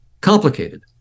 Complicated